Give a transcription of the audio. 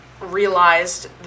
realized